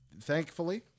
thankfully